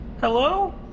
Hello